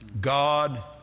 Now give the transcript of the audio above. God